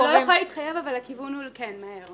אני לא יכולה להתחייב אבל הכיוון הוא לעשות את זה מהר.